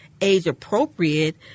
age-appropriate